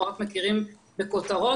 אנחנו רק מכירים בכותרות,